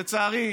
לצערי,